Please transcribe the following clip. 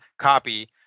copy